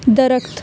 درخت